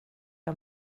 jag